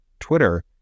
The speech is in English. Twitter